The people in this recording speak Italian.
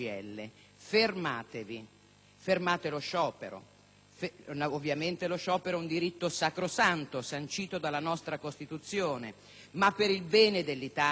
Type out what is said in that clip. Fermate lo sciopero. Ovviamente lo sciopero è un diritto sacrosanto, sancito dalla nostra Costituzione, ma per il bene dell'Italia oggi fermatevi.